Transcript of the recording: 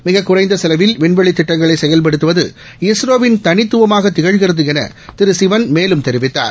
மிகக்குறைந்த செலவில் விண்வெளித் திட்டங்களை செயல்படுத்துவது இஸ்ரோவின் தனித்துவமாக திகழ்கிறது என திரு சிவன் மேலும் தெரிவித்தார்